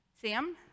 Sam